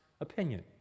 opinion